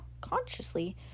consciously